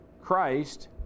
Christ